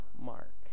mark